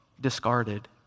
discarded